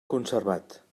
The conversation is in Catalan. conservat